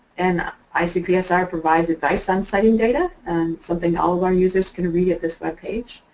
and icpsr provides advice on citing data and something all our users can read at this web page.